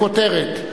בכותרת: